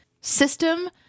system